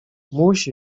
musi